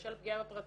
בשל פגיעה בפרטיות,